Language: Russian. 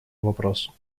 вопросу